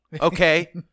okay